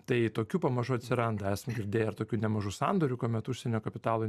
tai tokių pamažu atsiranda esam girdėję ir tokių nemažų sandorių kuomet užsienio kapitalo